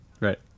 Right